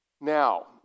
Now